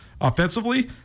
offensively